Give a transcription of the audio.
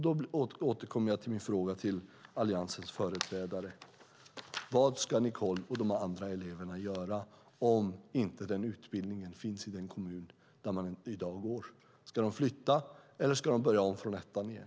Då återkommer jag till min fråga till Alliansens företrädare: Vad ska Nicole och de andra eleverna göra om inte den utbildningen finns i den kommun där de i dag går? Ska de flytta, eller ska de börja om från ettan igen?